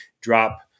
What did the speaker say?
drop